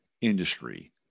industry